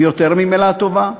ויותר ממילה טובה,